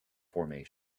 formation